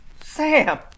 Sam